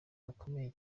gakomeye